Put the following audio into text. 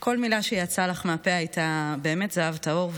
כל מילה שיצאה לך מהפה הייתה באמת זהב טהור,